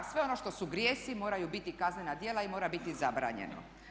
Sve ono što su grijesi moraju biti kaznena djela i mora biti zabranjeno.